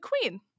queen